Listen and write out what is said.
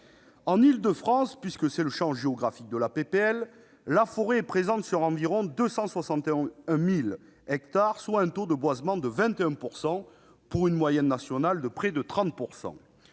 En Île-de-France, puisque tel est le champ géographique de la proposition de loi, la forêt est présente sur environ 261 000 hectares, soit un taux de boisement de 21 %, pour une moyenne nationale de près de 30 %.